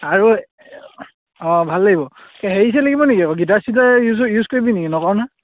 আৰু অঁ ভাল লাগিব হেৰি চেৰি লাগিব নেকি আকৌ গিটাৰ চিটাৰ ইউজ ইউজ কৰিব নেকি নকৰ নহয়